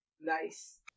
Nice